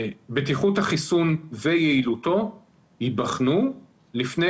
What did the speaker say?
בטיחות החיסון ויעילותו ייבחנו לפני